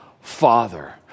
father